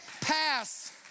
pass